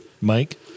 Mike